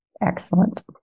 Excellent